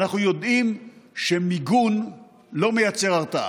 אנחנו יודעים שמיגון לא מייצר הרתעה.